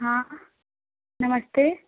हाँ नमस्ते